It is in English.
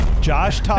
Josh